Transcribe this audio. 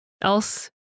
else